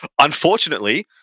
unfortunately